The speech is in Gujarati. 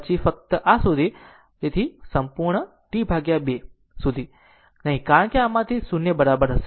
તેથી ફક્ત આ સુધી તેથી સંપૂર્ણ T 2 સુધી નહીં કારણ કે આમાંથી તે 0 બરાબર હશે